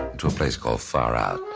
to a place called far out.